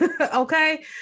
okay